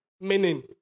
meaning